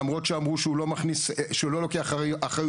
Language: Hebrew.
למרות שאמרו שהוא לא לוקח אחריות,